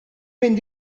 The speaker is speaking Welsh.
mynd